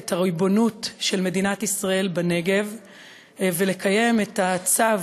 את הריבונות של מדינת ישראל בנגב ולקיים את הצו